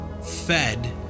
fed